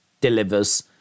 delivers